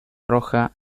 roja